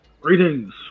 Greetings